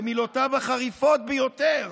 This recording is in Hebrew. במילותיו החריפות ביותר,